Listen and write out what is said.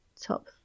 Top